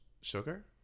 Sugar